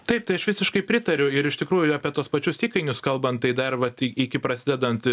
taip tai aš visiškai pritariu ir iš tikrųjų apie tuos pačius įkainius kalbant tai dar vat iki prasidedant